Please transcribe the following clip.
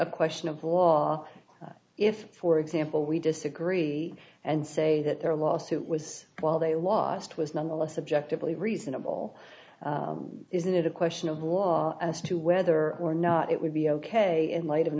a question of law if for example we disagree and say that their lawsuit was while they lost was nonetheless objectively reasonable isn't it a question of law as to whether or not it would be ok in light of an